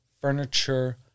furniture